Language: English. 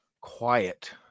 quiet